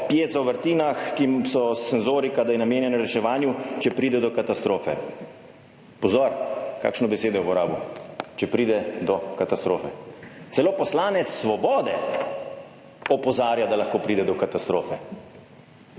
piezo vrtinah, ki so senzorika, da je namenjena reševanju, če pride do katastrofe. Pozor, kakšno besedo je uporabil, če pride do katastrofe. Celo poslanec Svobode opozarja, da lahko pride do katastrofe